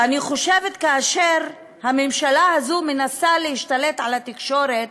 ואני חושבת שכאשר הממשלה הזאת מנסה להשתלט על התקשורת,